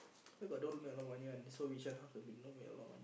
where got don't make a lot of money one they so rich one how can don't make a lot of money